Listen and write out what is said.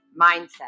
mindset